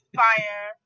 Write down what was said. fire